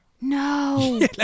No